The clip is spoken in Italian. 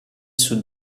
sud